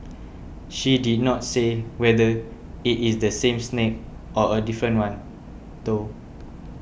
she did not say whether it is the same snake or a different one though